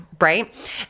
right